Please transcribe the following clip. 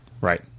right